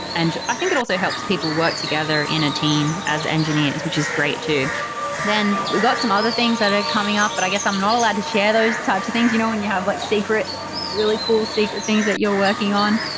and i think it also helps people work together in a team as engineers, which is great too then we've got some other things that are coming up, but i guess i'm not allowed to share those types of things you know when you have like secret really cool secret things that you're working on.